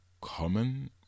common